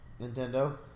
Nintendo